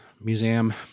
Museum